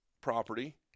property